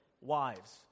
wives